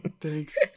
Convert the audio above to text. Thanks